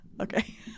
Okay